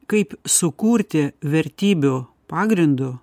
kaip sukurti vertybių pagrindu